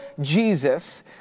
Jesus